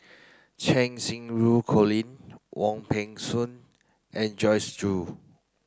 Cheng Xinru Colin Wong Peng Soon and Joyce Jue